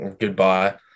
goodbye